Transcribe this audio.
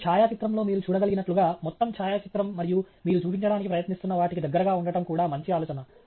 మరియు ఛాయాచిత్రంలో మీరు చూడగలిగినట్లుగా మొత్తం ఛాయాచిత్రం మరియు మీరు చూపించడానికి ప్రయత్నిస్తున్న వాటికి దగ్గరగా ఉండటం కూడా మంచి ఆలోచన